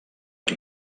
que